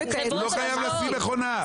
הוא לא חייב לשים מכונה.